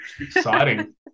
Exciting